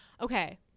Okay